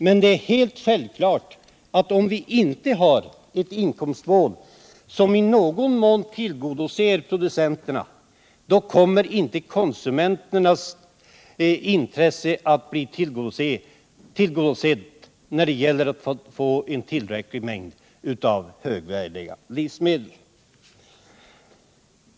Men det är helt självklart att om vi inte har ett inkomstmål som i någon mån tillgodoser producenternas, kommer inte konsumenternas intresse att bli tillgodosett när det gäller att få tillräcklig mängd av högvärdiga livsmedel.